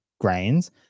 grains